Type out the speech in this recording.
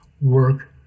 work